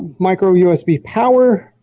micro usb power.